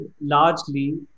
largely